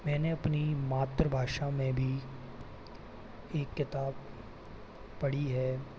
मैंने अपनी मातृभाषा में भी एक किताब पढ़ी है